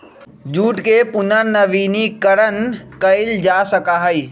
jute के पुनर्नवीनीकरण कइल जा सका हई